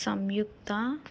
సంయుక్త